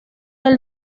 del